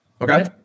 Okay